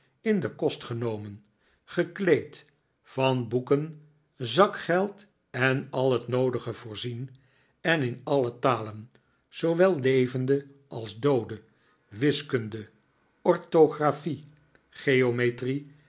in den kost genomen gekleed van boeken zakgeld en al het noodige voorzien en in alle talen zoowel levende als doode wiskunde orthographie geometrie